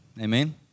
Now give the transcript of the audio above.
Amen